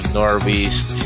northeast